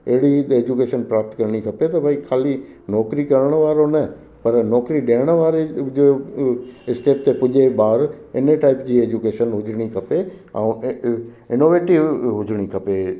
अहिड़ी त एजुकेशन प्राप्त करिणी खपे त भाई ख़ाली नौकिरी करण वारो न पर नौकिरी ॾियण वारो जो स्थित पुजे ॿार इन टाइप जी एजुकेशन हुजणु खपे ऐे इनोवेटिव हुजणु खपे